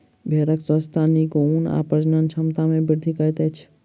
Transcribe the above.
भेड़क स्वच्छता नीक ऊन आ प्रजनन क्षमता में वृद्धि करैत अछि